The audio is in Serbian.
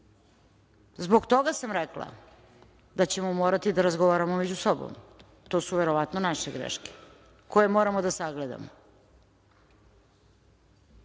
Zbog toga sam rekla da ćemo morati da razgovaramo među sobom. To su verovatno naše greške koje moramo da sagledamo